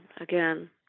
Again